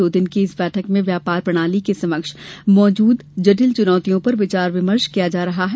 दो दिन की इस बैठक में व्यापार प्रणाली के समक्ष मौजूद जटिल चुनौतियों पर विचार विमर्श किया जा रहा है